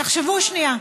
שלא תגיד, תחשבו שנייה,